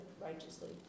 righteously